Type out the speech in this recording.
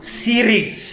series